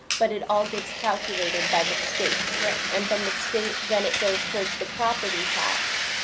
but it all gets calculated by the state. right. and from the state, then, it goes towards the property tax.